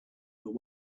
but